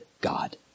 God